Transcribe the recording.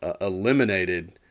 eliminated